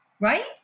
right